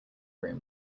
room